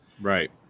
Right